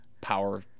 power